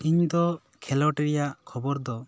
ᱤᱧ ᱫᱚ ᱠᱷᱮᱞᱳᱰ ᱨᱮᱭᱟᱜ ᱠᱷᱚᱵᱚᱨ ᱫᱚ